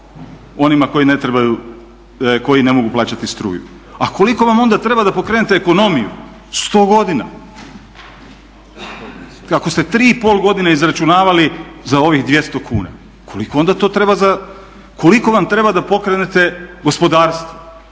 onima koji ne mogu plaćati struju. A koliko vam onda treba da pokrenete ekonomiju, 100 godina, ako ste 3,5 godine izračunavali za ovih 200 kuna. Koliko onda treba, koliko vam treba da pokrenete gospodarstvo,